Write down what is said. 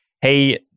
hey